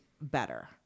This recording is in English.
better